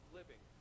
living